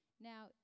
Now